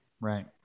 Right